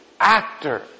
Actor